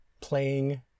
playing